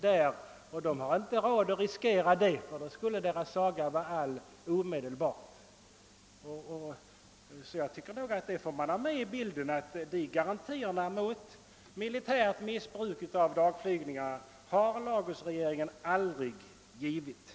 När denna inte längre står till förfogande för Biafra är landets saga snart all. Man måste alltså ha med i bilden att några garantier mot militärt missbruk av humanitärt dagflyg aldrig lämnats av Lagosregeringen.